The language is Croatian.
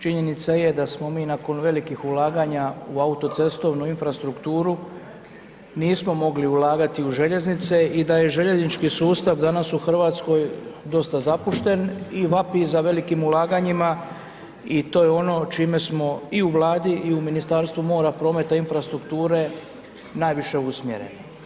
Činjenica je da smo mi nakon velikih ulaganja u autocestovnu infrastrukturu, nismo mogli ulagati u željeznice i da je željeznički sustav danas u Hrvatskoj dosta zapušten i vapi za velikim ulaganjima i to je ono čime smo i u Vladi i u Ministarstvu mora, prometa i infrastrukture najviše usmjereni.